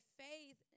faith